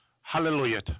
Hallelujah